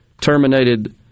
terminated